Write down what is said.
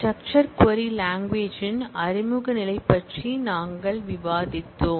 structure query language ன் அறிமுக நிலை பற்றி நாங்கள் விவாதித்தோம்